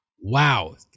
wow